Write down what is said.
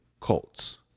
cults